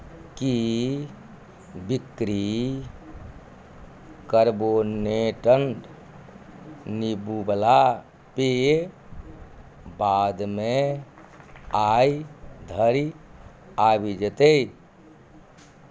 की बिक्री कर्बोनेटेड नेबोवला पेय बादमे आइ धरि आबि जेतै